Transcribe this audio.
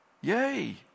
Yay